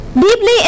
Deeply